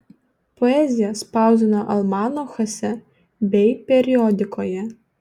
poeziją spausdino almanachuose bei periodikoje